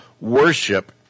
worship